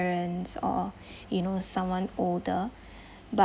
parents or you know someone older but